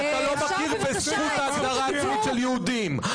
צביקה --- אתה לא מכיר בזכות ההגדרה העצמית של יהודים.